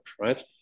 right